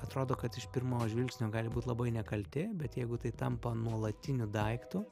atrodo kad iš pirmo žvilgsnio gali būt labai nekalti bet jeigu tai tampa nuolatiniu daiktu